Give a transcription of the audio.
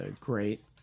great